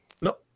No